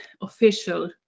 official